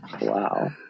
Wow